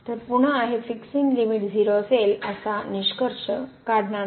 तर पुन्हा हे फिक्सिंग लिमिट 0 असेल असा निष्कर्ष काढणार नाही